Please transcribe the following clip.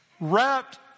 Wrapped